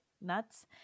nuts